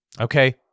Okay